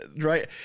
right